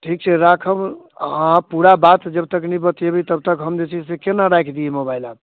ठीक छै राखब हँ पूरा बात जबतक नहि बतेबै तबतक हम जे छै से केना राखि दियै मोबाइल आब